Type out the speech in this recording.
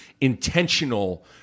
intentional